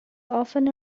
often